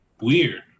weird